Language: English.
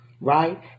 right